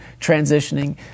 transitioning